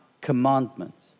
commandments